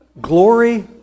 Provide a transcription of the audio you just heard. glory